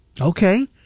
Okay